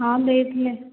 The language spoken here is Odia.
ହଁ ଦେଇଥିଲେ